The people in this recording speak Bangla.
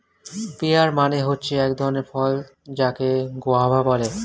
পেয়ার মানে হচ্ছে এক ধরণের ফল যাকে গোয়াভা বলে